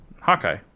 hawkeye